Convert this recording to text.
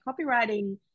copywriting